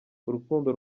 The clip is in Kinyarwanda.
urukundo